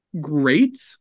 great